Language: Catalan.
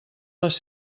les